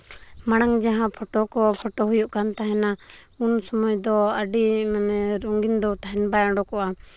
ᱢᱟᱲᱟᱝ ᱡᱟᱦᱟᱸ ᱯᱷᱳᱴᱳ ᱠᱚ ᱯᱷᱳᱴᱳ ᱦᱩᱭᱩᱜ ᱠᱟᱱ ᱛᱟᱦᱮᱱᱟ ᱩᱱ ᱥᱚᱢᱚᱭ ᱫᱚ ᱟᱹᱰᱤ ᱢᱟᱱᱮ ᱨᱚᱸᱜᱤᱱ ᱫᱚ ᱛᱟᱦᱮᱱ ᱵᱟᱭ ᱩᱰᱩᱠᱚᱜᱼᱟ